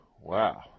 wow